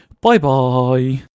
Bye-bye